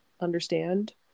understand